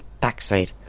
backside